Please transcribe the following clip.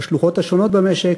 בשלוחות השונות במשק,